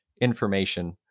information